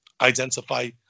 identify